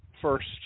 First